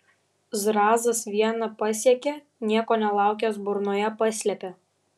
zrazas vieną pasiekė nieko nelaukęs burnoje paslėpė